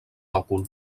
òcul